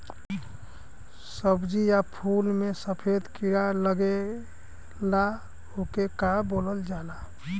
सब्ज़ी या फुल में सफेद कीड़ा लगेला ओके का बोलल जाला?